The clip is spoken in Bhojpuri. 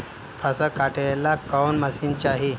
फसल काटेला कौन मशीन चाही?